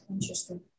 interesting